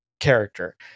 Character